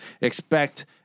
expect